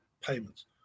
payments